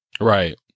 Right